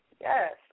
Yes